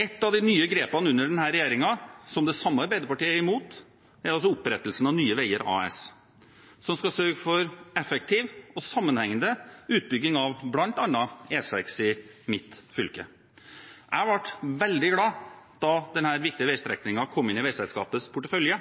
Ett av de nye grepene til denne regjeringen, som det samme Arbeiderpartiet er imot, er opprettelsen av Nye Veier AS, som skal sørge for effektiv og sammenhengende utbygging av bl.a. E6 i mitt fylke. Jeg ble veldig glad da denne viktige veistrekningen kom inn i veiselskapets portefølje,